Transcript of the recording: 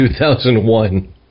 2001